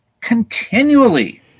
continually